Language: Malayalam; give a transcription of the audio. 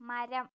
മരം